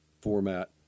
format